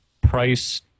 price